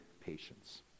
patience